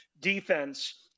defense